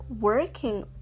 working